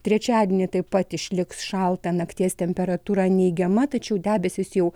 trečiadienį taip pat išliks šalta nakties temperatūra neigiama tačiau debesys jau